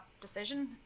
decision